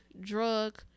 drug